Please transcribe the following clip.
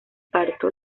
parto